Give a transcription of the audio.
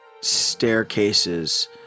staircases